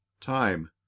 time